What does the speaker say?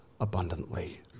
abundantly